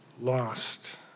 lost